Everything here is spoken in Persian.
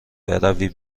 بروی